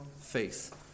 faith